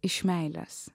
iš meilės